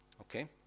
Okay